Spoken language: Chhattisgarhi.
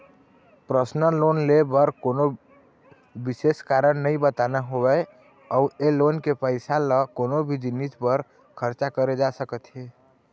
पर्सनल लोन ले बर कोनो बिसेस कारन नइ बताना होवय अउ ए लोन के पइसा ल कोनो भी जिनिस बर खरचा करे जा सकत हे